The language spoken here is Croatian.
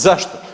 Zašto?